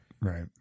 Right